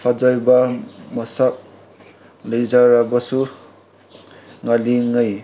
ꯐꯖꯕ ꯃꯁꯛ ꯂꯩꯖꯔꯕꯁꯨ ꯉꯜꯂꯤꯉꯩ